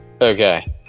Okay